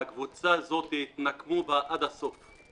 בקבוצה הזאת התנקמו עד הסוף,